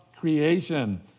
creation